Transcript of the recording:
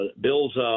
Bill's